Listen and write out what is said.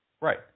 Right